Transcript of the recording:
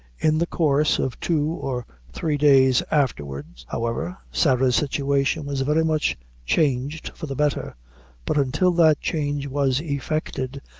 in the course of two or three days afterwards, however, sarah's situation was very much changed for the better but until that change was effected,